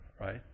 right